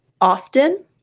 often